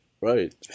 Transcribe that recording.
Right